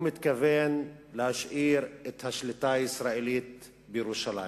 הוא מתכוון להשאיר את השליטה הישראלית בירושלים,